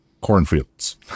cornfields